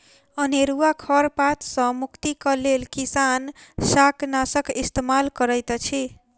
अनेरुआ खर पात सॅ मुक्तिक लेल किसान शाकनाशक इस्तेमाल करैत अछि